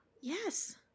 Yes